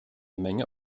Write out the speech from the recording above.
menge